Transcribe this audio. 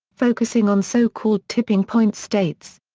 focusing on so-called tipping point states.